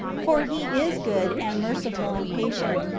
for he is good, and merciful, and patient,